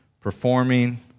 performing